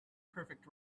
perfect